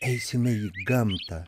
eisime į gamtą